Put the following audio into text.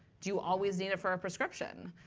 do you always need it for a prescription?